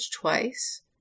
twice